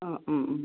ആ ഉം ഉം